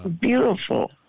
beautiful